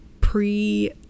pre